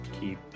keep